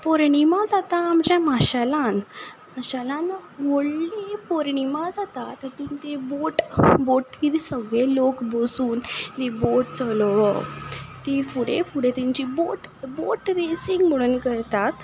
पौर्णिमा जाता आमच्या माशेलान माशेलान व्हडली पौर्णिमा जाता तातून ती बोट बोटीन सगले लोक बसून ती बोट चलोवप ती फुडें फुडें तेंची बोट बोट रेसींग म्हणून करतात